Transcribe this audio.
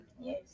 yes